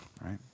Right